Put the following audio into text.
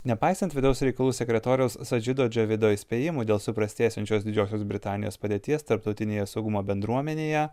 nepaisant vidaus reikalų sekretoriaus sadžido džiovido įspėjimų dėl suprastėjančios didžiosios britanijos padėties tarptautinėje saugumo bendruomenėje